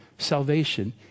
Salvation